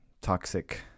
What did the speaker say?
toxic